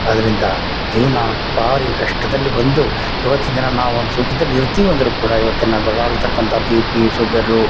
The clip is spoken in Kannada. ಅದರಿಂದ ಜೀವನ ಭಾರಿ ಕಷ್ಟದಲ್ಲಿ ಬಂದು ಈವತ್ತಿನ ದಿನ ನಾವು ಒಂದು ಸುಖದಲ್ಲಿ ಇರ್ತೀವಿ ಅಂದ್ರೂ ಕೂಡ ಈವತ್ತಿನ ಬಳಲತಕ್ಕಂಥ ಬಿ ಪಿ ಶುಗರು